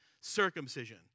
circumcision